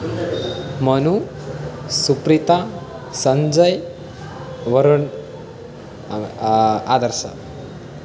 Manu Supreetha Sanjay Varun Adarsh